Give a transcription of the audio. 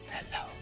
Hello